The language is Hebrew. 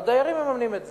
הדיירים מממנים את זה.